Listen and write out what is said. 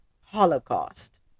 Holocaust